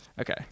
Okay